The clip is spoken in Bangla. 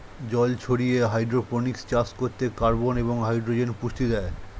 জল ছাড়িয়ে হাইড্রোপনিক্স চাষ করতে কার্বন এবং হাইড্রোজেন পুষ্টি দেয়